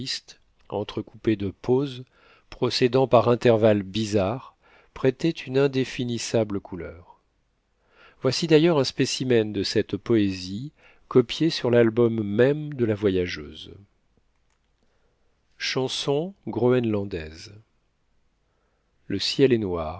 entrecoupé de pauses procédant par intervalles bizarres prêtait une indéfinissable couleur voici d'ailleurs un spécimen de cette poésie copié sur l'album même de la voyageuse chanson groënlandaise le ciel est noir